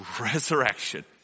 resurrection